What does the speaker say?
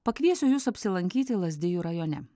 pakviesiu jus apsilankyti lazdijų rajone